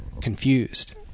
Confused